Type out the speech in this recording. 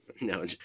No